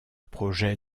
projet